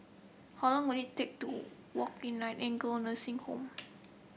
how long will it take to walk Nightingale Nursing Home